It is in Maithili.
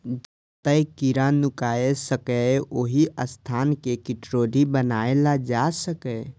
जतय कीड़ा नुकाय सकैए, ओहि स्थान कें कीटरोधी बनाएल जा सकैए